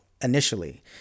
initially